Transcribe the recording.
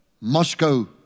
Moscow